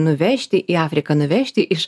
nuvežti į afriką nuvežti iš